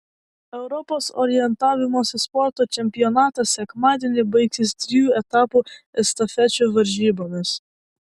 europos orientavimosi sporto čempionatas sekmadienį baigsis trijų etapų estafečių varžybomis